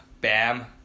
bam